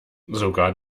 sogar